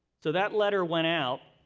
so, that letter went out.